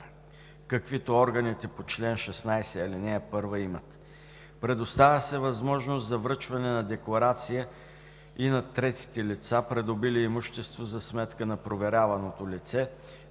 каквито органите по чл. 16, ал. 1 имат. Предоставя се възможност за връчване на декларация и на третите лица, придобили имущество за сметка на проверявано лице,